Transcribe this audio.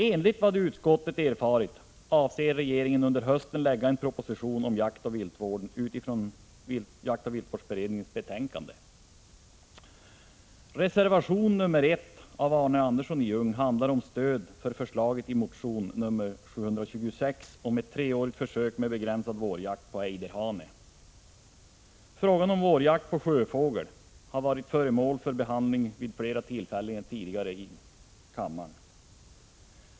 Enligt vad utskottet erfarit avser regeringen att under hösten lägga fram en proposition om jaktoch viltvården på grundval av jaktoch viltvårdsberedningens betänkande. Reservation 1 av Arne Andersson i Ljung handlar om stöd för förslaget i motion 726 om ett treårigt försök med begränsad vårjakt på ejderhane. Frågan om vårjakt på sjöfågel har varit föremål för riksdagens behandling vid flera tidigare tillfällen.